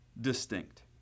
distinct